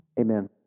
Amen